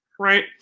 right